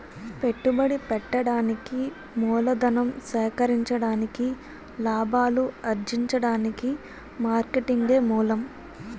పెట్టుబడి పెట్టడానికి మూలధనం సేకరించడానికి లాభాలు అర్జించడానికి మార్కెటింగే మూలం